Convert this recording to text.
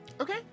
Okay